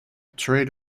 trade